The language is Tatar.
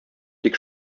тик